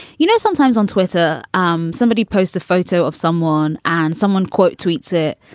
you know, sometimes on twitter, um somebody posts a photo of someone and someone, quote, tweets it.